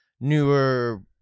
newer